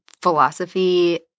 philosophy